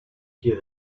hear